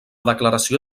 declaració